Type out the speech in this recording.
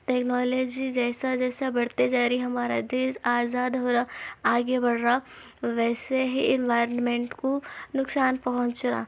technology جیسا جیسا بڑھتے جا رہی ہمارا دیش آزاد ہو رہا آگے بڑھ رہا ویسے ہی انوائرمینٹ کو نقصان پہونچ رہا